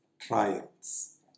trials